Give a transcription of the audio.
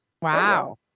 Wow